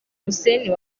hussein